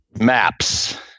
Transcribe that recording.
Maps